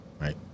right